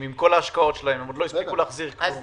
היו להם השקעות והם עוד לא הספיקו להחזיר כלום.